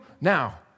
now